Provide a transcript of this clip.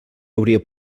hauria